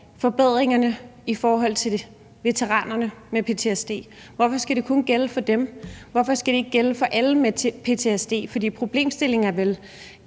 forbedringerne i forhold til veteranerne med ptsd kun gælde for dem? Hvorfor skal det ikke gælde for alle med ptsd, for problemstillingen er vel